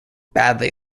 badly